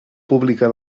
pública